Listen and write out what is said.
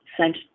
sent